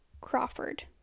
Crawford